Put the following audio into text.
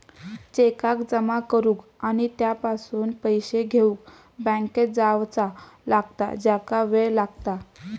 चेकाक जमा करुक आणि त्यापासून पैशे घेउक बँकेत जावचा लागता ज्याका वेळ लागता